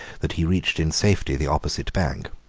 that he reached in safety the opposite bank.